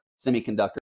semiconductor